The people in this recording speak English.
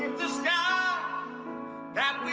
the sky that